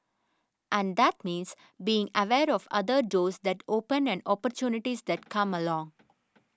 and that means being aware of other doors that open and opportunities that come along